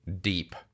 deep